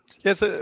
Yes